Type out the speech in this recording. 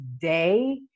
day